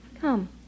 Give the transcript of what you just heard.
Come